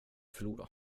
förlora